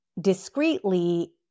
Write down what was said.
discreetly